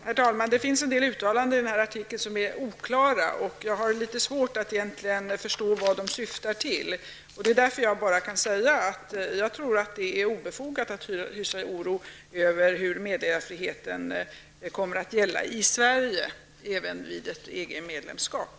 Herr talman! I den där artikeln finns det en del uttalanden som är oklara. Jag har egentligen litet svårt att förstå vad de syftar till. Därför kan jag bara säga att jag tror att det är obefogat att hysa oro för hur meddelarfriheten vid ett EG-medlemskap kommer att gälla i Sverige.